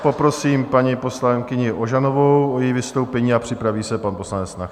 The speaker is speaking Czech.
Poprosím paní poslankyni Ožanovou o její vystoupení a připraví se pan poslanec Nacher.